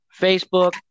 Facebook